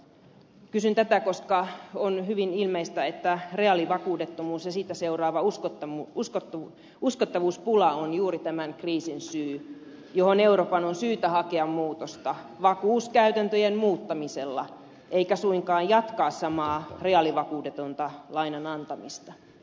kysyn tätä koska on hyvin ilmeistä että reaalivakuudettomuus ja siitä seuraava uskottavuuspula on juuri tämän kriisin syy johon euroopan on syytä hakea muutosta vakuuskäytäntöjen muuttamisella eikä suinkaan jatkaa samaa reaalivakuudetonta lainan antamista